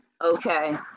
okay